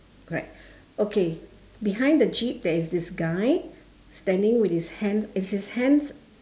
correct okay behind the jeep there is this guy standing with his hands is his hands